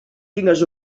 tingues